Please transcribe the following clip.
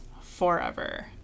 forever